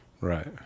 Right